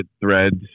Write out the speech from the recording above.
threads